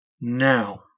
Now